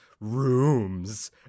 rooms